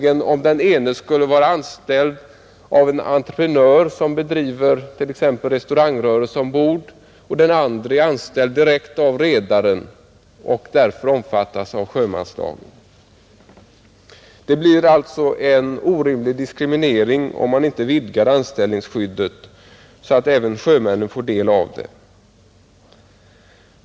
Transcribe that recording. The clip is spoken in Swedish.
En av dem kan nämligen vara anställd av en entreprenör som bedriver restaurangrörelse ombord, medan den andre kan vara anställd direkt av redaren och därför omfattas av sjömanslagen. Där blir det alltså en orimlig diskriminering, om man inte vidgar anställningsskyddet så att även sjömännen får del av det.